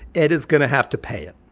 ed is going to have to pay it.